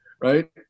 right